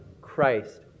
Christ